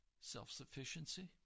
Self-sufficiency